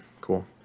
cool